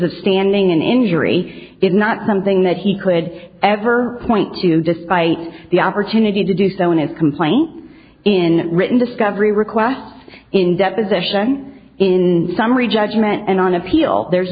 of standing an injury is not something that he could ever point to despite the opportunity to do so in his complaint in written discovery requests in deposition in summary judgment and on appeal there's